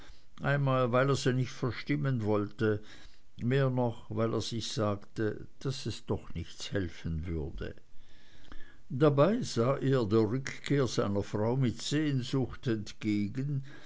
einmal weil er sie nicht verstimmen wollte mehr noch weil er sich sagte daß es doch nichts helfen würde dabei sah er der rückkehr seiner frau mit sehnsucht entgegen